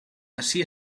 ací